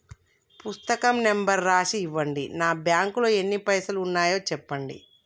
పుస్తకం నెంబరు రాసి ఇవ్వండి? నా బ్యాంకు లో ఎన్ని పైసలు ఉన్నాయో చెప్పండి?